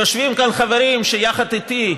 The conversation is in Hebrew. יושבים כאן חברים שיחד איתי,